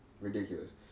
ridiculous